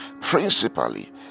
principally